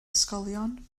ysgolion